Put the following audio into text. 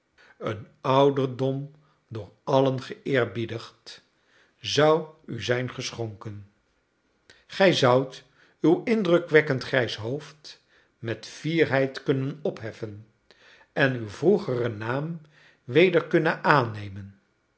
een ouderdom door allen geëerbiedigd zou u zijn geschonken gij zoudt uw indrukwekkend grijs hoofd met fierheid kunnen opheffen en uw vroegeren naam weder kunnen aannemen